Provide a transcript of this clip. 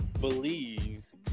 believes